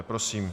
Prosím.